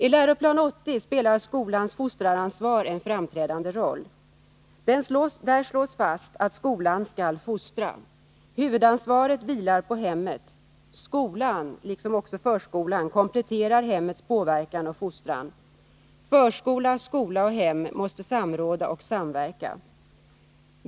I Läroplan 80 spelar skolans fostraransvar en framträdande roll. Där slås fast att skolan skall fostra. Huvudansvaret vilar på hemmet. Skolan — liksom förskolan — kompletterar hemmets påverkan och fostran. Förskola, skola och hem måste samråda och samverka.